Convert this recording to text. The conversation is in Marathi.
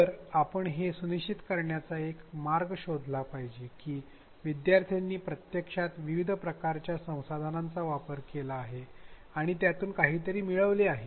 तर आपण हे सुनिश्चित करण्यासाठी एक मार्ग शोधला पाहिजे की विद्यार्थ्यांनी प्रत्यक्षात विविध प्रकारच्या संसाधनांचा वापर केला आहे आणि त्यातून काहीतरी मिळवले आहे